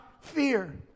fear